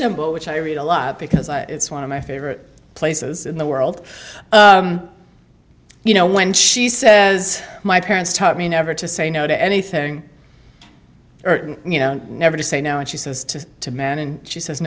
timbo which i read a lot because it's one of my favorite places in the world you know when she says my parents taught me never to say no to anything you know never to say now and she says to to man and she says